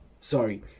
Sorry